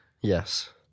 Yes